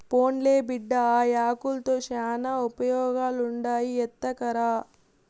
పోన్లే బిడ్డా, ఆ యాకుల్తో శానా ఉపయోగాలుండాయి ఎత్తకరా